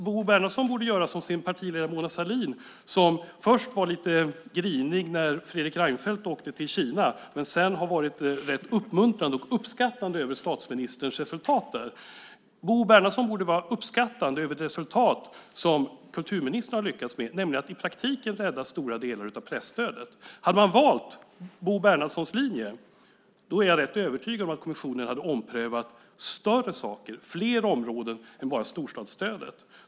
Bo Bernhardsson borde göra som sin partiledare Mona Sahlin, som först var lite grinig när Fredrik Reinfeldt åkte till Kina men som sedan har varit rätt uppmuntrande och uppskattande över statsministerns resultat där. Bo Bernhardsson borde vara uppskattande över det resultat som kulturministern har lyckats med, nämligen att i praktiken rädda stora delar av presstödet. Hade man valt Bo Bernhardssons linje är jag rätt övertygad om att kommissionen hade omprövat större saker och fler områden än bara storstadsstödet.